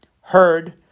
heard